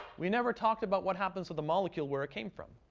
we never talked about what happens with the molecule where it came from.